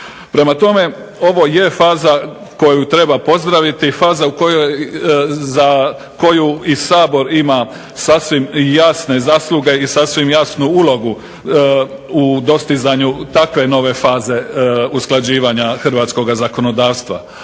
Prema tome, ovo je faza koju treba pozdraviti, faza u koju i Sabor ima sasvim jasne zasluge i sasvim jasnu ulogu u dostizanju takve nove faze usklađivanja hrvatskog zakonodavstva.